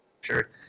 sure